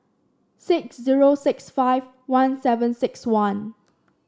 six zero six five one seven six one